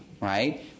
right